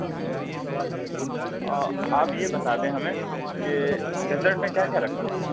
اچھا اچھا اچھا آپ یہ بتا دیں ہمیں کہ ڈیزرٹ میں کیا کیا رکھتے ہیں آپ